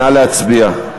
נא להצביע.